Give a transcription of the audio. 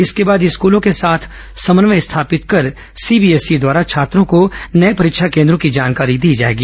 इसके बाद स्कूलों के साथ समन्वय स्थापित कर सीबीएसई द्वारा छात्रों को नए परीक्षा केंद्रों की जानकारी दी जाएगी